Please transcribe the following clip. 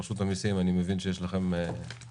רשות המיסים, אני מבין שיש לכם מצגת.